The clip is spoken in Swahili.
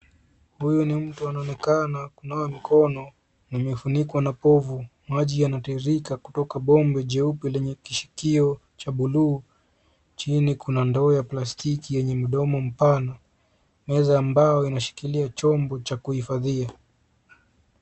Huyu ni mtu anaonekana kunawa mkono na imefunikwa na povu ,maji yanatiririka kutoka bomba jeupe lenye kishikio cha buluu. Chini kuna ndoo ya plastiki yenye mdomo mpana . Meza ambayo inashikilia chombo cha kuhifathia.